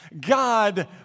God